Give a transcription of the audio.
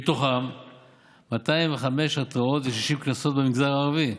מהם 205 התראות ו-60 קנסות במגזר הערבי,